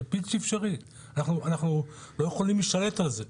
זה בלתי אפשרי, אנחנו לא יכולים להשתלט על זה.